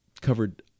covered